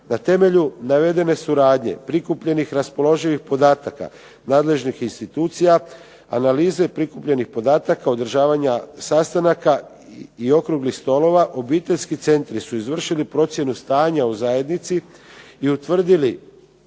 Na temelju navedene suradnje, prikupljenih raspoloživih podataka nadležnih institucija, analize prikupljenih podataka, održavanja sastanaka i okruglih stolova obiteljski centri su izvršili procjenu stanja u zajednici i utvrdili